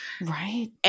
right